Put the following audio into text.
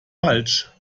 falsch